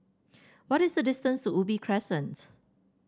what is the distance to Ubi Crescent